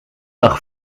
lag